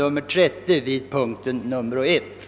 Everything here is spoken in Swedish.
Jag ber att få yrka bifall till denna reservation.